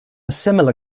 similar